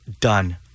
Done